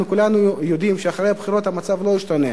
אנחנו כולנו יודעים שאחרי הבחירות המצב לא ישתנה.